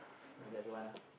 another one lah